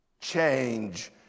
change